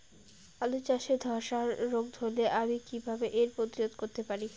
আলু চাষে ধসা রোগ ধরলে আমি কীভাবে এর প্রতিরোধ করতে পারি?